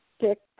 six